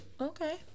okay